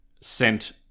sent